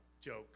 joke